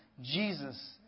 Jesus